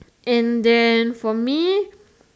and then for me